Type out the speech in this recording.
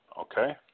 okay